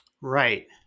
right